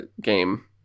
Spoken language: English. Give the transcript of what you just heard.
game